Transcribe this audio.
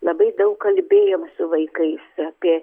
labai daug kalbėjom su vaikais apie